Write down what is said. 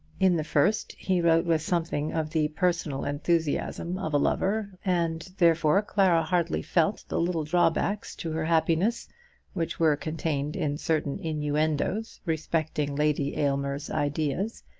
in the first he wrote with something of the personal enthusiasm of a lover, and therefore clara hardly felt the little drawbacks to her happiness which were contained in certain innuendoes respecting lady aylmer's ideas,